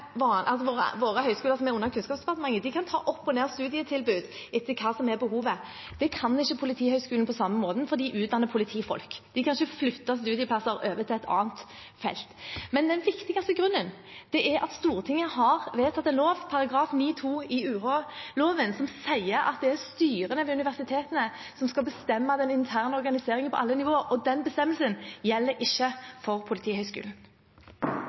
høyskoler som er under Kunnskapsdepartementet, kan ta opp og ned studietilbud etter hva behovet er. Det kan ikke Politihøgskolen på samme måte, for de utdanner politifolk. De kan ikke flytte studieplasser over til et annet felt. Men den viktigste grunnen er at Stortinget har vedtatt en lov: § 9-2 i universitets- og høyskoleloven sier at det er styrene ved universitetene som skal bestemme den interne organiseringen på alle nivåer, og den bestemmelsen gjelder ikke for Politihøgskolen.